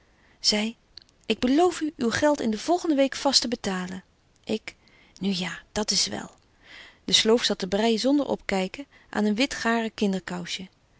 zy ik beloof u uw geld in de volgende week vast te betalen ik nu ja dat's wel de sloof zat te breijen zonder opkyken aan een witte garen